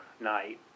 night